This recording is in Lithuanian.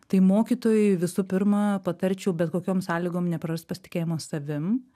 tai mokytojui visų pirma patarčiau bet kokiom sąlygom neprarast pasitikėjimo savim